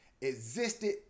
existed